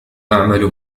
أعمل